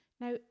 Now